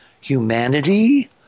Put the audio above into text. humanity